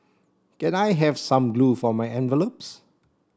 can I have some glue for my envelopes